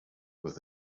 with